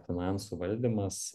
finansų valdymas